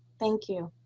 thank you.